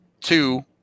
Two